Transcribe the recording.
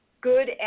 good